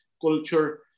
culture